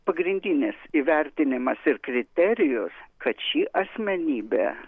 pagrindinis įvertinimas ir kriterijus kad ši asmenybė